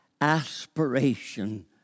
aspiration